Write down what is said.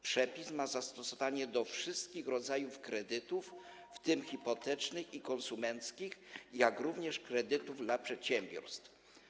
Przepis ma zastosowanie do wszystkich rodzajów kredytów, w tym hipotecznych i konsumenckich, jak również kredytów dla przedsiębiorstw.